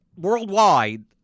worldwide